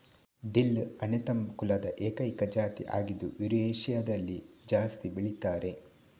dill Anethum ಕುಲದ ಏಕೈಕ ಜಾತಿ ಆಗಿದ್ದು ಯುರೇಷಿಯಾದಲ್ಲಿ ಜಾಸ್ತಿ ಬೆಳೀತಾರೆ